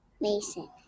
Mason